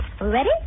Ready